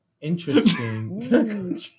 Interesting